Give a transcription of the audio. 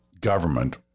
government